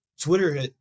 Twitter